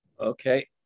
Okay